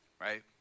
right